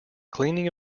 cleaning